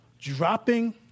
dropping